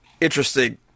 interesting